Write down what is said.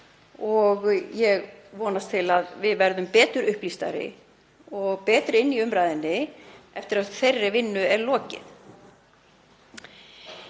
og ég vonast til að við verðum betur upplýstari og betri í umræðunni eftir að henni er lokið.